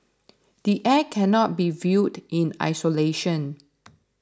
the Act cannot be viewed in isolation